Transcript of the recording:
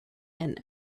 and